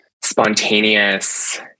spontaneous